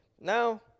Now